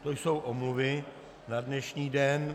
To jsou omluvy na dnešní den.